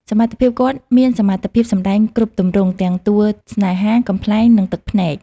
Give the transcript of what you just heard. សមត្ថភាព គាត់មានសមត្ថភាពសម្ដែងគ្រប់ទម្រង់ ទាំងតួស្នេហា កំប្លែង និងទឹកភ្នែក។